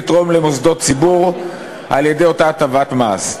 לתרום למוסדות ציבור על-ידי אותה הטבת מס.